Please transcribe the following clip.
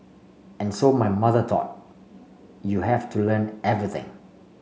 and so my mother thought you have to learn everything